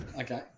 Okay